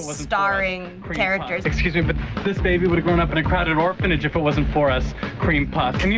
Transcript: ah starring characters. excuse me, but this baby would've grown up in a crowded orphanage if it wasn't for us cream puffs. and you